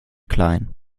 klein